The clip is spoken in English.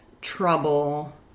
trouble